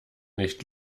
nicht